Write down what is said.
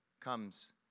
comes